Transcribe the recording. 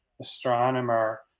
astronomer